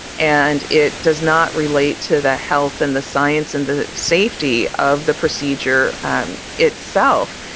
and it does not relate to the health and the science and the safety of the procedure itself.